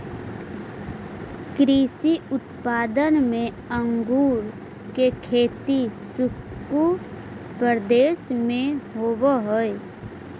कृषि उत्पाद में अंगूर के खेती शुष्क प्रदेश में होवऽ हइ